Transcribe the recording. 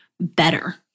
better